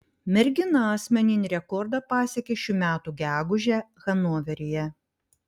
mergina asmeninį rekordą pasiekė šių metų gegužę hanoveryje